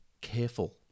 careful